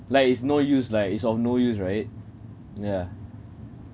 like it's no use like it's of no use right yeah